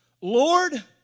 Lord